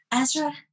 Ezra